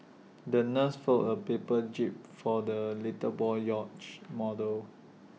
the nurse folded A paper jib for the little boy's yacht model